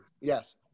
Yes